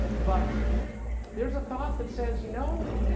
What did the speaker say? but there's a thought that says, you know,